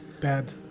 bad